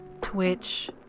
twitch